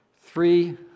Three